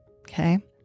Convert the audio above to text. okay